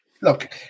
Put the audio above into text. look